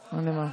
להיבה.